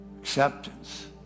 Acceptance